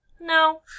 no